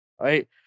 right